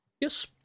Yes